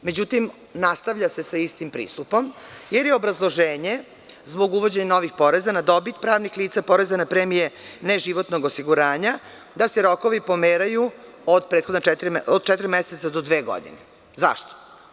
Međutim, nastavlja se sa istim pristupom, jer je obrazloženje zbog uvođenja novih poreza na dobit pravnih lica, poreza na premije neživotnog osiguranja, da se rokovi pomeraju od četiri meseca do dve godine. zašto?